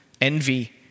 Envy